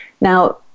Now